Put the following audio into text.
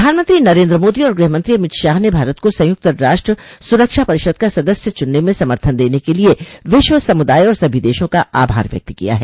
प्रधानमंत्री नरेन्द्र मोदी और गृहमंत्री अमित शाह ने भारत को संयुक्त राष्ट्र सुरक्षा परिषद का सदस्य चुनने में समर्थन देने के लिए विश्व समुदाय और सभी देशों का आभार व्यक्त किया है